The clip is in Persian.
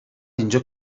اینجا